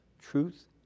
truth